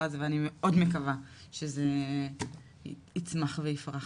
הזה ואני מאוד מקווה שזה יצמח ויפרח,